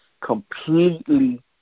completely